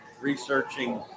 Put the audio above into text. researching